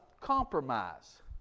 compromise